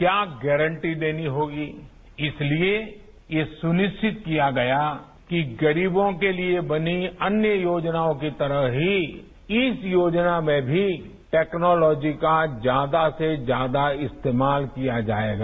क्या गारंटी देनी होगी इसलिए ये सुनिश्चित किया गया कि गरीबों के लिए बनी अन्य योजनाओं की तरह ही इस योजना में भी टैक्नॉलोजी का ज्या्दा से ज्यादा इस्तेमाल किया जाएगा